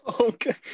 Okay